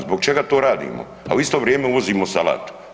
Zbog čega to radimo, a u isto vrijeme uvozimo salatu?